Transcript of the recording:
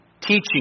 teaching